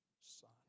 son